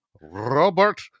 Robert